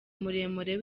muremure